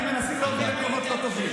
כרגע אתם מנסים להוביל למקומות לא טובים.